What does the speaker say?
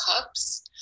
cups